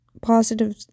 positive